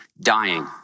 dying